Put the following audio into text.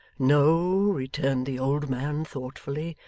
no, returned the old man thoughtfully,